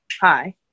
hi